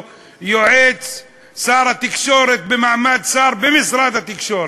"יועץ שר התקשורת במעמד שר במשרד התקשורת",